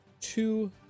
two